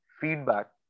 feedback